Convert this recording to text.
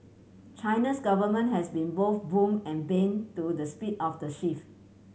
China's government has been both boon and bane to the speed of the shift